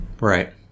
right